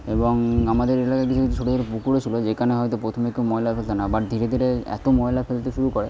এবং আমাদের এলাকায় কিছু কিছু ছোট ছোট পুকুরও ছিল যেখানে হয়তো প্রথমে কেউ ময়লা ফেলত না বাট ধীরে ধীরে এত ময়লা ফেলতে শুরু করে